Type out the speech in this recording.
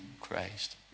Christ